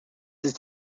ist